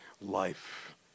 life